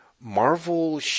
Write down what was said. Marvel